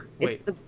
Wait